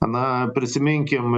na prisiminkim